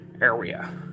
area